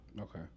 Okay